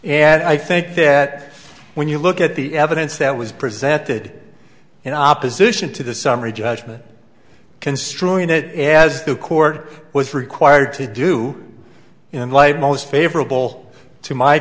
and i think that when you look at the evidence that was presented in opposition to the summary judgment construing that as the court was required to do in light most favorable to my